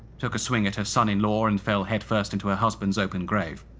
took a swing at her son-in-law and fell headfirst into her husband's open grave.